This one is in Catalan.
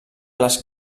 les